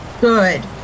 Good